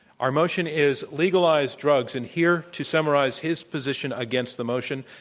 our motion is legalize drugs. and here to summarize his position against the motion,